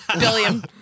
William